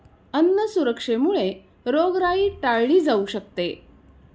अन्न सुरक्षेमुळे रोगराई टाळली जाऊ शकते